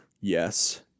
yes